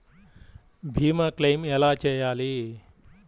భీమ క్లెయిం ఎలా చేయాలి?